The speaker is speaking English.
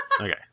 Okay